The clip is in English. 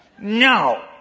No